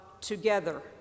together